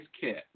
kit